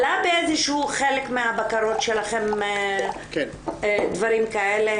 עלה בחלק מהבקרות שלכם דברים כאלה?